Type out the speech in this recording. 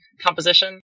composition